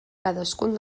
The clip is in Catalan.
cadascun